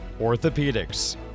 Orthopedics